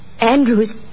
Andrews